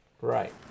Right